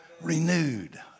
Renewed